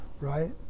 right